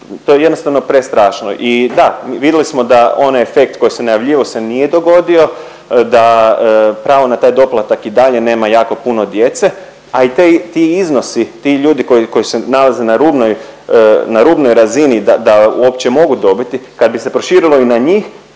to je jednostavno prestrašno i da, vidli smo da onaj efekt koji se najavljivao se nije dogodio, da pravo na taj doplatak i dalje nema jako puno djece, a i te, ti iznosi, ti ljudi koji, koji se nalaze na rubnoj, na rubnoj razini da, da uopće mogu dobiti, kad bi se proširilo i na njih,